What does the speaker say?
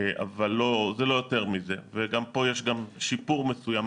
ויש פה גם שיפור מסוים.